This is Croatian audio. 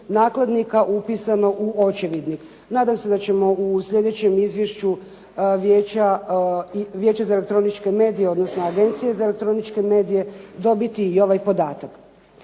nakladnika upisano u očevidnik. Nadam se da ćemo u sljedećem izvješću Vijeća za elektroničke medije odnosno agencije za elektroničke medije dobiti i ovaj podatak.